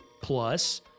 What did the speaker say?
Plus